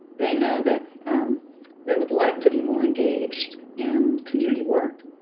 they know that they would like to be more engaged in community work,